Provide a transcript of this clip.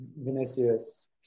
Vinicius